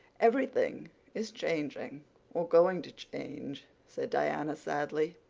everything is changing or going to change, said diana sadly.